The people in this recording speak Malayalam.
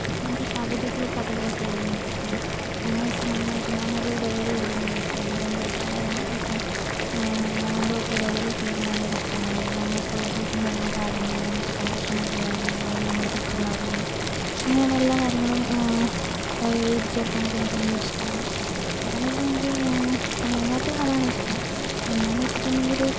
എനിക്ക് കവിതകള് കഥകളൊക്കെ എഴുതാൻ ഭയങ്കര ഇഷ്ട്ടമാണ് പിന്നേന്ന് വെച്ചാൽ മെയ്നായിട്ട് ഞാനൊരു ഡയറി എഴുതുന്നൊരു വ്യക്തിയാണ് പണ്ട്തൊട്ടേ അതായത് ഇപ്പം പണ്ട് തൊട്ടേ ഡയറി ഒക്കെ എഴുതാൻ ഭയങ്കര ഇഷ്ട്ടമാണ് നമ്മളിപ്പോൾ ഒരുദിവസം നടന്ന കാര്യങ്ങള് നമുക്ക് സന്തോഷം നൽകിയ കാര്യങ്ങള് അല്ലെങ്കിൽ നമ്മടെ ദുഃഖം കാര്യങ്ങള് അങ്ങനെയുള്ള എല്ലാ കാര്യങ്ങളും എഴുതി ചേർക്കാനൊക്കെ എനിക്ക് ഭയങ്കര ഇഷ്ടമാണ് അപ്പം എന്തെന്നവെച്ച് കഴിഞ്ഞാൽ എനിക്ക് മെയ്നായിട്ട് അതാണിഷ്ടം പിന്നെന്ന് വെച്ചിട്ടണ്ടെങ്കില്